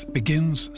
begins